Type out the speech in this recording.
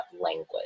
language